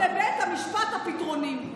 לא לבית המשפט פתרונים".